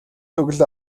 өглөө